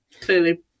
Clearly